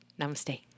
Namaste